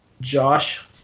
Josh